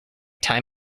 time